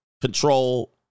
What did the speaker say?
control